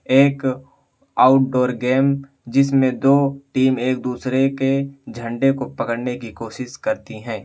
ایک outdoor game جس میں دو ٹیم ایک دوسرے کے جھنڈے کو پکڑنے کی کوشش کرتیں ہیں